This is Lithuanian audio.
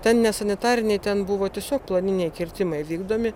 ten ne sanitariniai ten buvo tiesiog planiniai kirtimai vykdomi